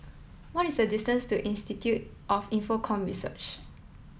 what is the distance to Institute of Infocomm Research